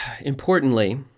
Importantly